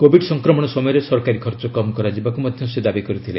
Covid ସଂକ୍ରମଣ ସମୟରେ ସରକାରୀ ଖର୍ଚ୍ଚ କମ୍ କରାଯିବାକୁ ମଧ୍ୟ ସେ ଦାବି କରିଥିଲେ